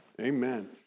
Amen